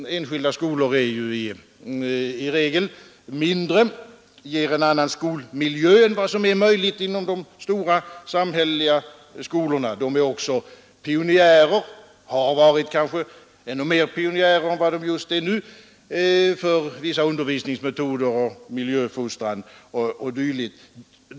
Enskilda skolor är ju i regel mindre och erbjuder en annan skolmiljö än vad som är möjligt att ge inom de stora samhälleliga skolorna. De är också pionjärer — och har varit det ännu mera än de är just nu — för vissa undervisningsmetoder, miljöfostran o. d.